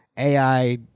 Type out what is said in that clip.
AI